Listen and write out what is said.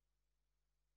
הישיבה הבאה תתקיים מחר,